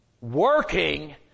working